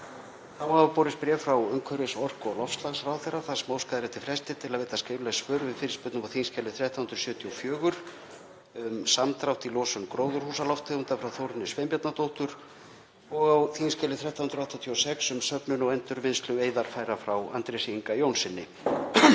Þá hafa borist bréf frá umhverfis-, orku- og loftslagsráðherra þar sem óskað er eftir fresti til að veita skrifleg svör við fyrirspurnum á þskj. 1374, um samdrátt í losun gróðurhúsalofttegunda, frá Þórunni Sveinbjarnardóttur, og á þskj. 1386, um söfnun og endurvinnslu veiðarfæra, frá Andrési Inga Jónssyni.